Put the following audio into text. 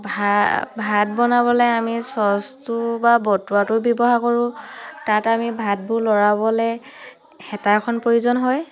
ভাত ভাত বনাবলৈ আমি চচটো বা বটুৱাটো ব্যৱহাৰ কৰোঁ তাত আমি ভাতবোৰ ল'ৰাবলৈ হেতাখন প্ৰয়োজন হয়